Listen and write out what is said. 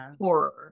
horror